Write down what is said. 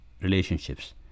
relationships